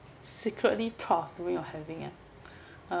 secretly proud of doing or having at uh